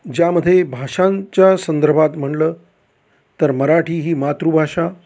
ज्यामध्ये भाषांच्या संदर्भात म्हणलं तर मराठी ही मातृभाषा